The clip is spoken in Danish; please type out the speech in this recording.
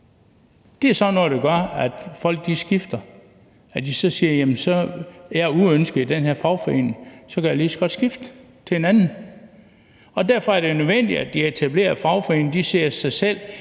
der gør, at folk skifter. De siger: Jeg er uønsket i den her fagforening; så kan jeg lige så godt skifte til en anden. Og derfor er det nødvendigt, at de etablerede fagforeninger ser indad